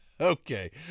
Okay